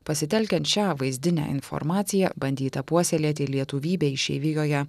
pasitelkiant šią vaizdinę informaciją bandyta puoselėti lietuvybę išeivijoje